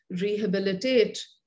rehabilitate